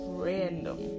random